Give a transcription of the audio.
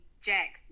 Jackson